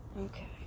okay